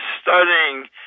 studying